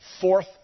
fourth